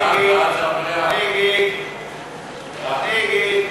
ההצעה שלא לכלול את הנושא בסדר-היום של הכנסת